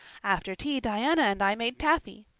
after tea diana and i made taffy.